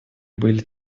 были